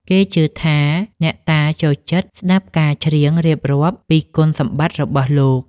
គេជឿថាអ្នកតាចូលចិត្តស្ដាប់ការច្រៀងរៀបរាប់ពីគុណសម្បត្តិរបស់លោក។